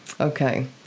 Okay